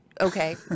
Okay